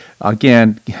again